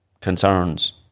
concerns